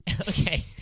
Okay